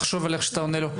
תחשוב על איך אתה עונה לו.